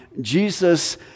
Jesus